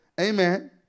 Amen